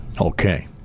Okay